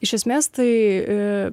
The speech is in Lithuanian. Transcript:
iš esmės tai